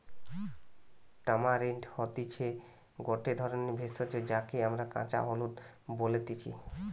tamarind হতিছে গটে ধরণের ভেষজ যাকে আমরা কাঁচা হলুদ বলতেছি